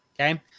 Okay